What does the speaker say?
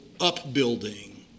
upbuilding